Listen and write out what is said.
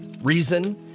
Reason